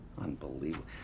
Unbelievable